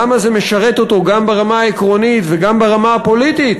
למה זה משרת אותו גם ברמה העקרונית וגם ברמה הפוליטית.